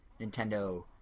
Nintendo